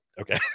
Okay